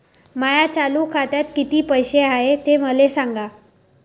माया चालू खात्यात किती पैसे हाय ते मले सांगा